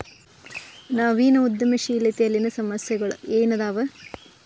ನವೇನ ಉದ್ಯಮಶೇಲತೆಯಲ್ಲಿನ ಸಮಸ್ಯೆಗಳ ಏನದಾವ